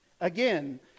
Again